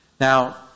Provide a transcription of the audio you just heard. Now